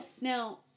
Now